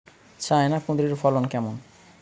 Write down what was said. China কুঁদরীর ফলন কেমন?